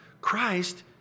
Christ